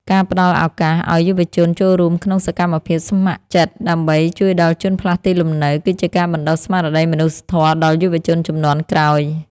ការផ្តល់ឱកាសឱ្យយុវជនចូលរួមក្នុងសកម្មភាពស្ម័គ្រចិត្តដើម្បីជួយដល់ជនផ្លាស់ទីលំនៅ គឺជាការបណ្តុះស្មារតីមនុស្សធម៌ដល់យុវជនជំនាន់ក្រោយ។